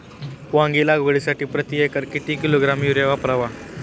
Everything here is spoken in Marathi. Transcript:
वांगी लागवडीसाठी प्रती एकर किती किलोग्रॅम युरिया वापरावा?